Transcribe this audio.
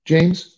James